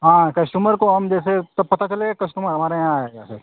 हाँ कश्टमर को हम जैसे तब पता चलेगा कस्टमर हमारे यहाँ आएगा सर